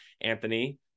anthony